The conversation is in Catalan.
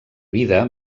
vida